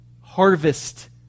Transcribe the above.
harvest